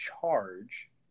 charge